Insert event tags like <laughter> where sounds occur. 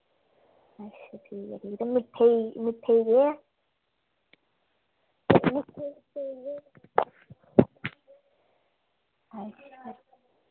अच्छा ठीक ऐ ठीक ते मिट्ठे ई मिट्ठे ई केह् ऐ <unintelligible> अच्छा